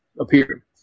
appear